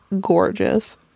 gorgeous